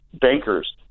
Bankers